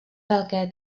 velké